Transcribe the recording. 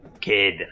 Kid